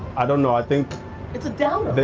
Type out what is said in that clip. i don't know, i think it's a downer,